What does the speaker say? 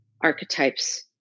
archetypes